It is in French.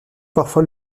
parfois